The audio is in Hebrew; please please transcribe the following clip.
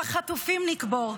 כמה חטופים נקבור?